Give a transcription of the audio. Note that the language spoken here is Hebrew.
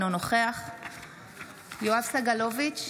אינו נוכח יואב סגלוביץ'